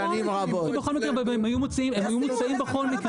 הם הוצאו בכל מקרה והיו מוצאים בכל מקרה.